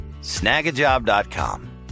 Snagajob.com